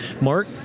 Mark